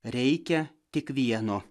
reikia tik vieno